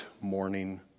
morning